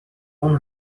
اون